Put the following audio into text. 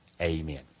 Amen